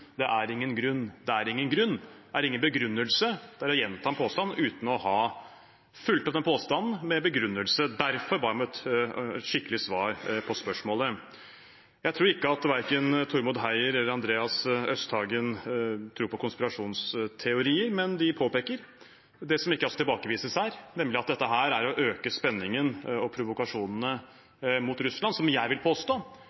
det er ingen grunn, det er ingen grunn, er ingen begrunnelse. Det er å gjenta en påstand uten å ha fulgt opp påstanden med en begrunnelse. Derfor ba jeg om et skikkelig svar på spørsmålet. Jeg tror ikke verken Tormod Heier eller Andreas Østhagen tror på konspirasjonsteorier, men de påpeker det som altså ikke tilbakevises her, nemlig at dette er å øke spenningen og